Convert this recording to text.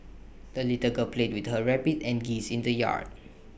the little girl played with her rabbit and geese in the yard